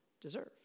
deserve